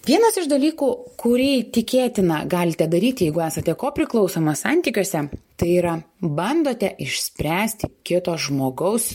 vienas iš dalykų kurį tikėtina galite daryti jeigu esate kopriklausomas santykiuose tai yra bandote išspręsti kito žmogaus